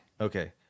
Okay